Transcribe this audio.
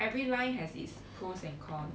every line has it's pros and cons